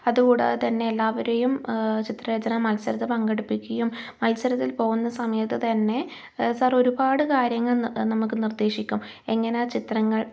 അതുകൂടാത തന്നെ എല്ലാവരെയും ചിത്രരചന മത്സരത്തിൽ പങ്കെടുപ്പിക്കുകയും മത്സരത്തിൽ പോകുന്ന സമയത്ത് തന്നെ സാർ ഒരുപാട് കാര്യങ്ങൾ നമുക്ക് നിർദ്ദേശിക്കും എങ്ങനെയാ ചിത്രങ്ങൾ